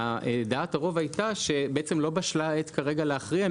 דעת הרוב הייתה שבעצם לא בשלה העת כרגע להכריע,